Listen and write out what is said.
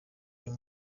uyu